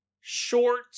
short